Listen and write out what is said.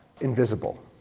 invisible